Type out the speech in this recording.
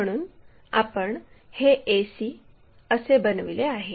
म्हणून आपण हे ac असे बनविले आहे